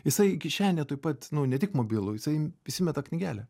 jisai į kišenę tuoj pat ne tik mobilų jisai įsimeta knygelę